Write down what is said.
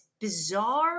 bizarre